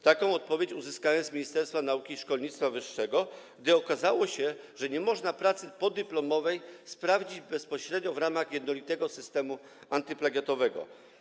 Taką odpowiedź uzyskałem z Ministerstwa Nauki i Szkolnictwa Wyższego, gdy okazało się, że nie można pracy podyplomowej sprawdzić bezpośrednio w ramach jednolitego systemu antyplagiatowego.